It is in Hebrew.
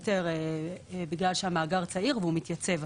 בגלל שהמאגר צעיר והוא מתייצב.